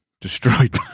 destroyed